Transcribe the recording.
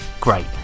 great